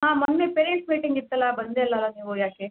ಹಾಂ ಮೊನ್ನೆ ಪೇರೆಂಟ್ಸ್ ಮೀಟಿಂಗಿತ್ತಲ್ಲ ಬಂದೇ ಇಲ್ವಲ್ಲ ನೀವು ಯಾಕೆ